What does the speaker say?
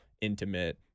intimate